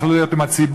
יוכלו להיות עם הציבור,